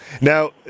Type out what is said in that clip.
Now